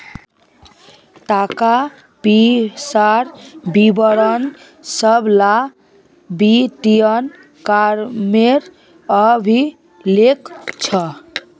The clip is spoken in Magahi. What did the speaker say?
ताका पिसार विवरण सब ला वित्तिय कामेर अभिलेख छे